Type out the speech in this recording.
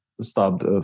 stopped